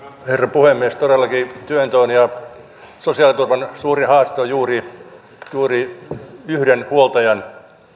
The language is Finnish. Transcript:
puhemies todellakin työnteon ja sosiaaliturvan suuri haaste on juuri juuri yhden huoltajan